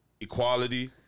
equality